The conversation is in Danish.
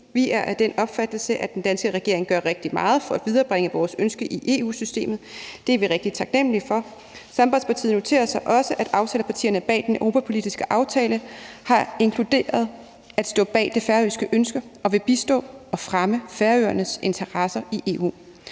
De er af den opfattelse, at den danske regering gør rigtig meget for at viderebringe vores ønske i EU-systemet, og det er de rigtig taknemlige for. Sambandspartiet noterer sig også, at aftalepartierne bag den europapolitiske aftale har inkluderet at stå bag det færøske ønske og vil bistå og fremme Færøernes interesser i EU.